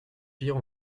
pire